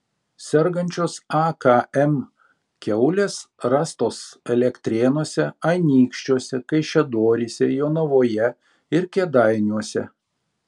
sergančios akm kiaulės rastos elektrėnuose anykščiuose kaišiadoryse jonavoje ir kėdainiuose